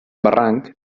barranc